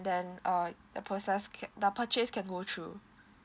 then uh the process can the purchase can go through